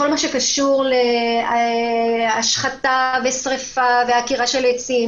שקשור להשחתה, שריפה ועקירה של עצים.